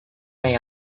may